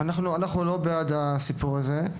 אנחנו לא בעד הסיפור הזה.